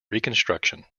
reconstruction